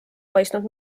paistnud